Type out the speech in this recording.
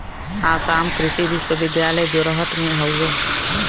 आसाम कृषि विश्वविद्यालय जोरहट में हउवे